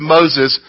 Moses